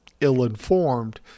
ill-informed